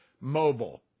Mobile